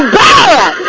bad